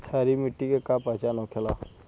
क्षारीय मिट्टी के का पहचान होखेला?